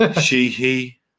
She-He